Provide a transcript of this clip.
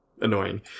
annoying